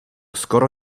skoro